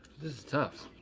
this is tough.